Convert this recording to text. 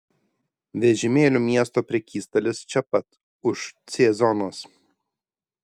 vežimėlių miesto prekystalis čia pat už c zonos